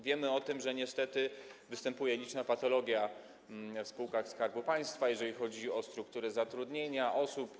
Wiemy o tym, że niestety występują liczne patologie w spółkach Skarbu Państwa, jeżeli chodzi o strukturę zatrudnienia osób.